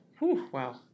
Wow